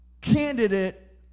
candidate